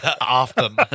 Often